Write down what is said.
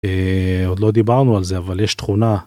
עוד לא דיברנו על זה אבל יש תכונה.